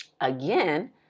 again